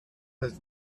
was